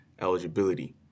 eligibility